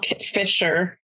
Fisher